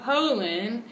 Poland